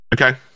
okay